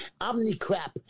Omni-crap